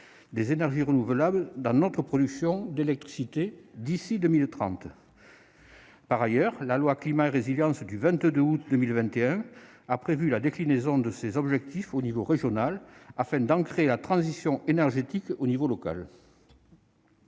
des énergies renouvelables dans notre production d'électricité d'ici à 2030. Par ailleurs, la loi Climat et résilience a prévu la déclinaison de ces objectifs à l'échelle régionale, afin d'ancrer la transition énergétique au niveau local.